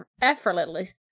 effortlessly